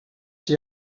she